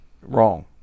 wrong